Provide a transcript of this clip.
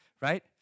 right